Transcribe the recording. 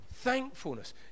thankfulness